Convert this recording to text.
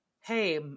Hey